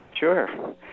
Sure